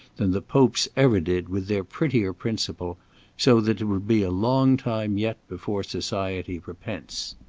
than the popes ever did with their prettier principle so that it will be a long time yet before society repents.